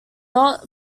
not